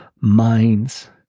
minds